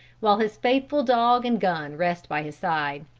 while his faithful dog and gun rest by his side.